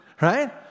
right